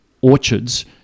orchards